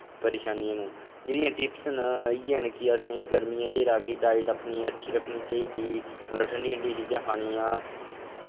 परेशानियां न जेह्ड़ियां टिपस न कि असें गर्मियें च जेह्ड़ा कि अपनी डाईट अच्छी रक्खनी चाहिदी मतलब ठंडी ठंडी चीजां खानियां